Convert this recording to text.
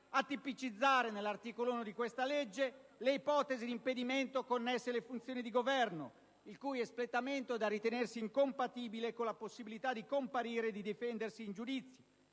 a tipicizzare nell'articolo 1 del disegno di legge in discussione le ipotesi di impedimento connesse alle funzioni di governo il cui espletamento è da ritenersi incompatibile con la possibilità di comparire e di difendersi in giudizio.